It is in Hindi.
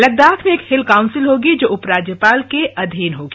लद्दाख में एक हिल काउंसिल होगी जो उप राज्यपाल के अधीन होगी